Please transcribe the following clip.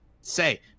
say